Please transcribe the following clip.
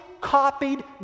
copied